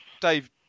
Dave